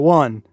one